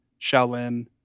Shaolin